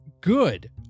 good